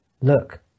look